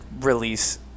release